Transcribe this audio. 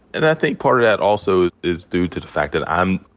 and i think part of that also is due to the fact that i'm,